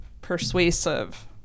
persuasive